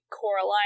Coraline